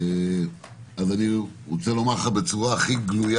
אני רוצה לומר לך בצורה הכי גלויה